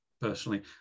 personally